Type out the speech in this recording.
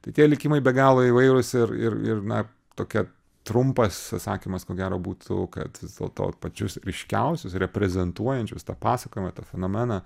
tai tie likimai be galo įvairūs ir ir ir na tokia trumpas atsakymas ko gero būtų kad vis dėlto pačius ryškiausius reprezentuojančius tą pasakojimą tą fenomeną